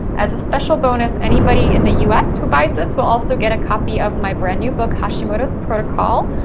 as a special bonus, anybody in the us who buys this will also get a copy of my brand new book, hashimoto's protocol,